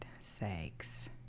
sakes